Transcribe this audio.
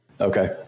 Okay